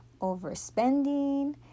overspending